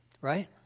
right